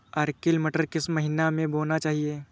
Arkel मटर किस महीना में बोना चाहिए?